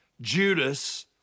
Judas